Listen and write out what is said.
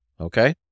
okay